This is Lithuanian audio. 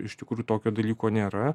iš tikrųjų tokio dalyko nėra